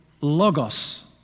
logos